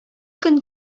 көн